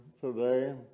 today